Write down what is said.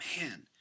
man